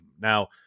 Now